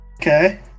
Okay